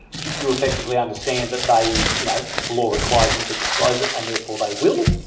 you effectively understand that the you know law requires them to disclose it and therefore they will.